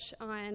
on